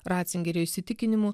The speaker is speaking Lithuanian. ratzingerio įsitikinimu